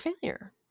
failure